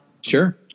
Sure